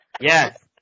Yes